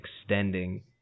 extending